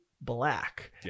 black